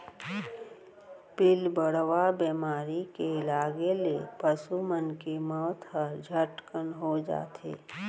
पिलबढ़वा बेमारी के लगे ले पसु मन के मौत ह झटकन हो जाथे